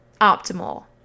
optimal